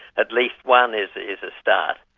at least one is is a start.